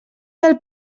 del